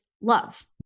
love